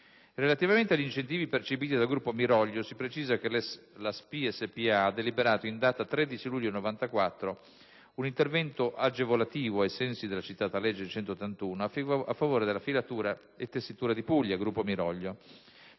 Relativamente agli incentivi percepiti dal gruppo Miroglio, si precisa che la SPI SpA ha deliberato, in data 13 luglio 1994, un intervento agevolativo, ai sensi della citata legge n. 181 del 1989, a favore della Filatura e Tessitura di Puglia SpA del gruppo Miroglio,